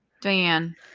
Diane